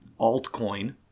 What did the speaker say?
altcoin